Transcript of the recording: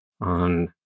on